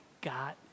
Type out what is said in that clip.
got